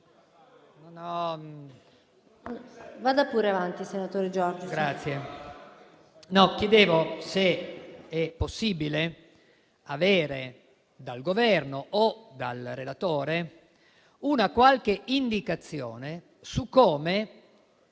Vada pure avanti, senatore Giorgis.